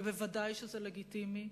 וודאי שזה לגיטימי,